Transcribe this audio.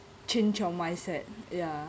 change your mindset ya